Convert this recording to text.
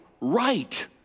right